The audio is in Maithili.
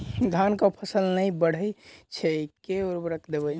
धान कऽ फसल नै बढ़य छै केँ उर्वरक देबै?